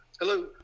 Hello